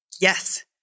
Yes